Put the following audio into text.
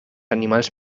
animals